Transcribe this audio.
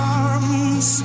arms